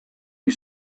you